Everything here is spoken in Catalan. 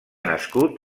nascut